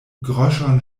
groŝon